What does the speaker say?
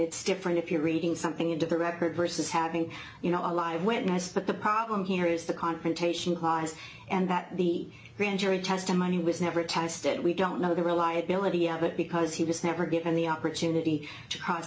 it's different if you're reading something into the record versus having you know a live witness but the problem here is the confrontation clause and that the grand jury testimony was never tested we don't know the reliability of it because he was never given the opportunity to cross